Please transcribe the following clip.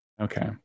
Okay